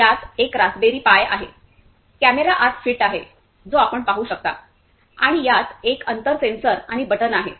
यात एक raspberry pi आहे कॅमेरा आत फिट आहे जो आपण पाहू शकता आणि यात एक अंतर सेन्सर आणि बटण आहे